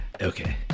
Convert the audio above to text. Okay